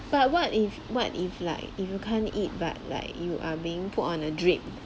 but what if what if like if you can't eat but like you are being put on a drip